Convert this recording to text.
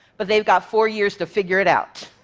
but they've got four years to figure it out.